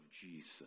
Jesus